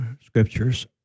scriptures